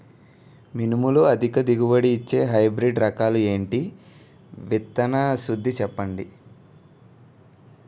మినుములు అధిక దిగుబడి ఇచ్చే హైబ్రిడ్ రకాలు ఏంటి? విత్తన శుద్ధి చెప్పండి?